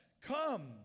come